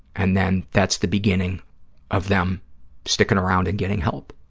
and then that's the beginning of them sticking around and getting help.